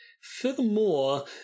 Furthermore